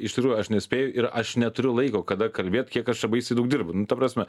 iš tikrųjų aš nespėju ir aš neturiu laiko kada kalbėt kiek aš čia baisiai daug dirbu nu ta prasme